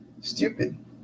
stupid